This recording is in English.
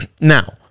Now